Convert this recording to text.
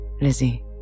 lizzie